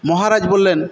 মহারাজ বললেন